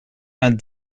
vingt